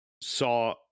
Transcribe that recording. saw